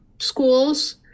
schools